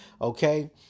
Okay